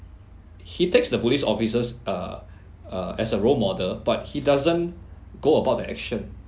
he takes the police officers err uh as a role model but he doesn't go about the action